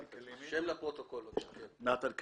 כן.